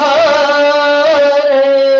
Hare